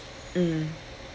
mm